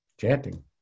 Chanting